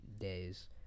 days